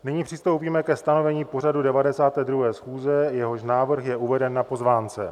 Nyní přistoupíme ke stanovení pořadu 92. schůze, jehož návrh je uveden na pozvánce.